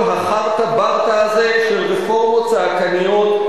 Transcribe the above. החארטה ברטה הזה של רפורמות צעקניות,